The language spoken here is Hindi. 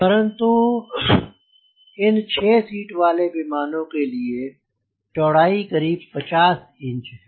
परन्तु इन 6 सीट वाले विमान के लिए चौड़ाई करीब 50 इंच है